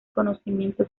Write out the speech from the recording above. conocimiento